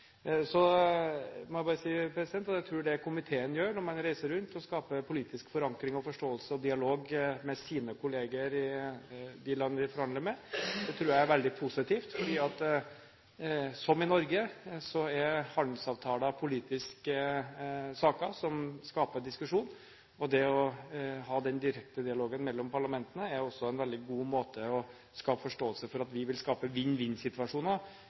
Så jeg må bare si at jeg tror det komiteen gjør når man reiser rundt og skaper politisk forankring, forståelse og dialog med sine kolleger i de land vi forhandler med, er veldig positivt. Som i Norge er handelsavtaler politiske saker som skaper diskusjon, og det å ha den direkte dialogen mellom parlamentene er en veldig god måte å skape forståelse for at vi vil skape